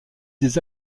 des